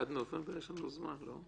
עד נובמבר יש לנו זמן, לא?